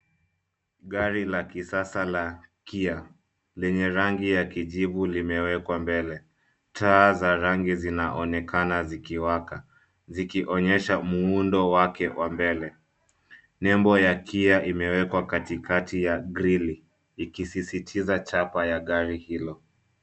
Gari la kisasa la Kia lenye rangi ya kijivu limewekwa mbele. Taa za rangi zinaonekana zikiwaka zikionyesha muundo wake wa mbele. Nembo ya Kia imewekwa katikati ya grili ikisisitiza chapa ya gari hilo.